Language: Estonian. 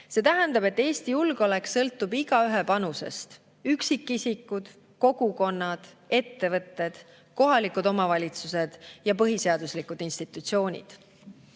See tähendab, et Eesti julgeolek sõltub igaühe panusest: üksikisikud, kogukonnad, ettevõtted, kohalikud omavalitsused ja põhiseaduslikud institutsioonid.